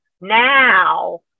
now